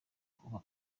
kuba